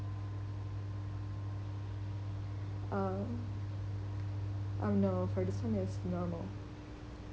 um and for this one is normal